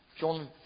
John